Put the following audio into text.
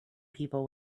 people